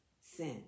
sin